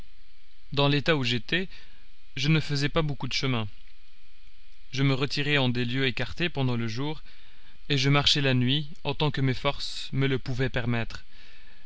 dans l'état où j'étais je ne faisais pas beaucoup de chemin je me retirais en des lieux écartés pendant le jour et je marchais la nuit autant que mes forces me le pouvaient permettre